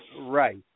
Right